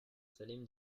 salem